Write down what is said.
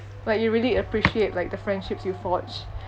like you really appreciate like the friendships you forge